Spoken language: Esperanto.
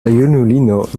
junulino